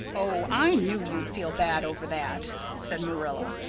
oh, i knew you'd feel bad over that, said marilla.